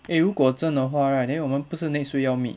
eh 如果真的话 right then 我们不是 next week 要 meet